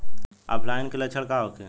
ऑफलाइनके लक्षण का होखे?